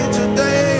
today